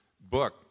book